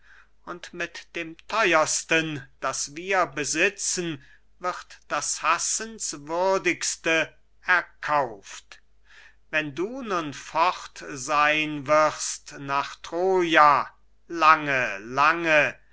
und mit dem theuersten das wir besitzen wird das hassenswürdigste erkauft wenn du nun fort sein wirst nach troja lange lange